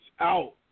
out